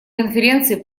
конференции